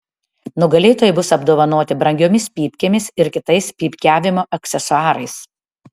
nugalėtojai bus apdovanoti brangiomis pypkėmis ir kitais pypkiavimo aksesuarais